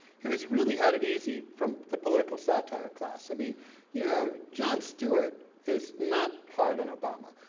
who has really had it easy from the political satire class. i mean you know, jon stewart is not hard on obama,